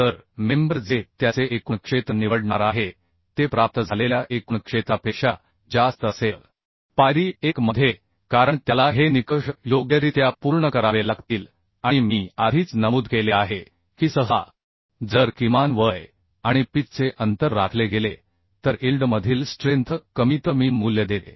तर मेंबर जे त्याचे एकूण क्षेत्र निवडणार आहे ते प्राप्त झालेल्या एकूण क्षेत्रापेक्षा जास्त असेल पायरी 1 मध्ये कारण त्याला हे निकष योग्यरित्या पूर्ण करावे लागतील आणि मी आधीच नमूद केले आहे की सहसा जर किमान वय आणि पिच चे अंतर राखले गेले तर इल्ड मधील स्ट्रेंथ कमीतकमी मूल्य देते